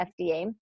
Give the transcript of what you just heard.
FDA